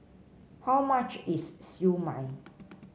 how much is Siew Mai